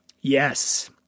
Yes